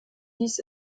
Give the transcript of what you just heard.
dies